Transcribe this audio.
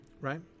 right